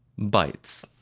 bytes.